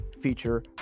feature